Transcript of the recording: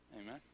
Amen